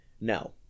No